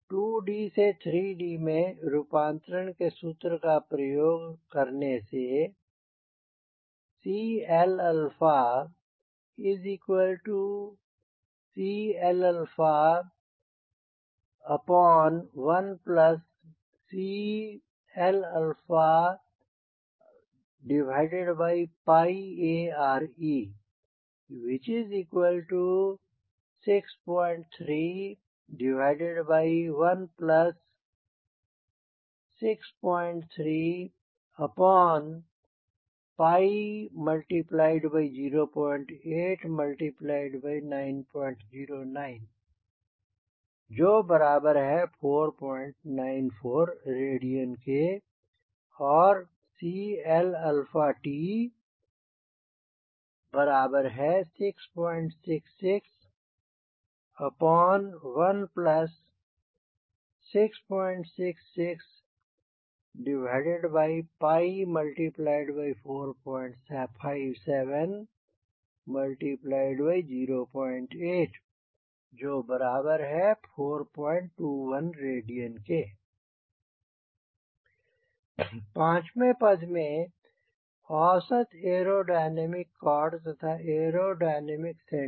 2 d से 3 d में रूपांतरण के सूत्र का प्रयोग करने से CLCl1ClARe6316308909494rad और CLt666166645708421rad पांचवें पद में औसत एयरोडायनामिक कॉर्ड तथा एयरोडायनामिक सेंटर